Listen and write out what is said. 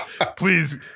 please